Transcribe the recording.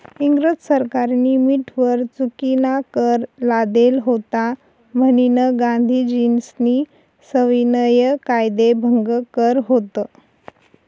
इंग्रज सरकारनी मीठवर चुकीनाकर लादेल व्हता म्हनीन गांधीजीस्नी सविनय कायदेभंग कर व्हत